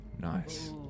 Nice